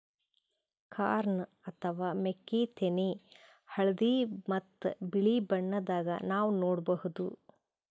corn ಅಥವಾ ಮೆಕ್ಕಿತೆನಿ ಹಳ್ದಿ ಮತ್ತ್ ಬಿಳಿ ಬಣ್ಣದಾಗ್ ನಾವ್ ನೋಡಬಹುದ್